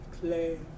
Clay